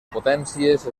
potències